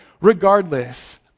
regardless